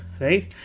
right